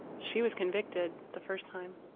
she was convicted the first time.